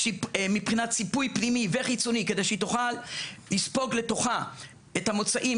ציפוי פנימי וחיצוני כדי שהיא תוכל לספוג לתוכה את המוצאים